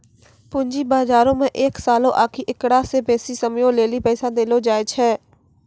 पूंजी बजारो मे एक सालो आकि एकरा से बेसी समयो लेली पैसा देलो जाय छै